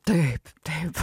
taip taip